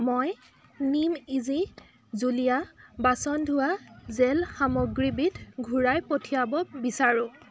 মই নিম ইজি জুলীয়া বাচন ধোৱা জেল সামগ্ৰীবিধ ঘূৰাই পঠিয়াব বিচাৰোঁ